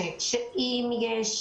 כשדיברנו על